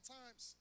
times